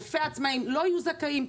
אלפי עצמאים לא יהיו זכאים,